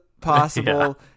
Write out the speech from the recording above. possible